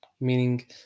meaning